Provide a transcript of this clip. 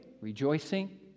rejoicing